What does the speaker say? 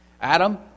Adam